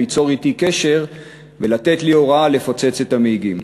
ליצור אתי קשר ולתת לי הוראה לפוצץ את ה"מיגים",